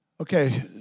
okay